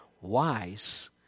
wise